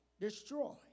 destroy